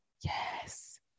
yes